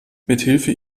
mithilfe